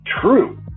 true